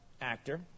actor